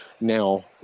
now